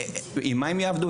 עם מה הם יעבדו?